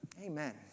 Amen